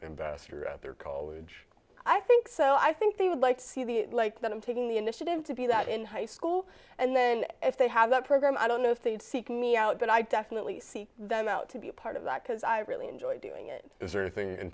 at their college i think so i think they would like to see the like that i'm taking the initiative to be that in high school and then if they have that program i don't know if they would seek me out but i definitely see them out to be a part of that because i really enjoy doing it is there anything in